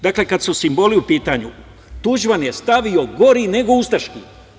Dakle, kada su simboli u pitanju, Tuđman je stavio gori nego ustaški.